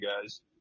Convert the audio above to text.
guys